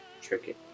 Tricky